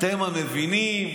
אתם המבינים.